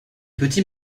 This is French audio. petits